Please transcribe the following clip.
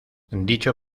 dicho